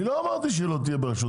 אני לא אמרתי שהיא לא תהיה ברשות